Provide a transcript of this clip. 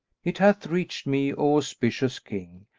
it hath reached me, o auspicious king,